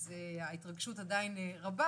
אז ההתרגשות עדיין רבה.